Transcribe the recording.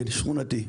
כן, שכונתי.